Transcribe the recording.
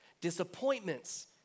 Disappointments